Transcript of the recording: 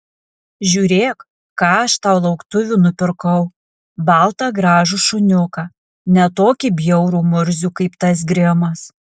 žiūrėk ką aš tau lauktuvių nupirkau baltą gražų šuniuką ne tokį bjaurų murzių kaip tas grimas